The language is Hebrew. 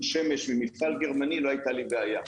שמש ממפעל גרמני לא הייתה לי בעיה,